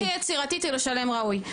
הדרך הכי יצירתית היא לשלם ראוי.